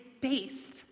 based